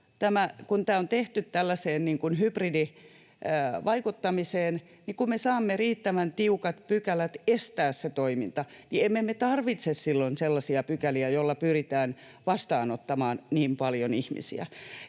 kun tämä on tehty tällaiseen hybridivaikuttamiseen, niin kun me saamme riittävän tiukat pykälät estää se toiminta, emme me tarvitse silloin sellaisia pykäliä, joilla pyritään vastaanottamaan niin paljon ihmisiä.